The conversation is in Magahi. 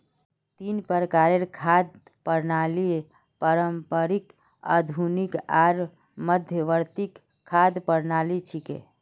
तीन प्रकारेर खाद्य प्रणालि पारंपरिक, आधुनिक आर मध्यवर्ती खाद्य प्रणालि छिके